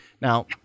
Now